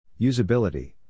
Usability